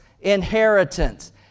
inheritance